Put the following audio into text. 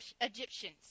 Egyptians